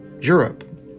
Europe